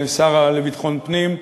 השר לביטחון פנים,